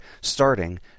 starting